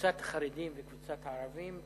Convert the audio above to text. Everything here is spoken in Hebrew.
קבוצת החרדים וקבוצת הערבים,